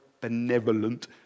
benevolent